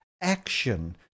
action